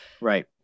Right